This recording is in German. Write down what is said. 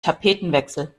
tapetenwechsel